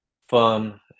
fun